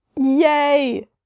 Yay